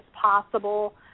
possible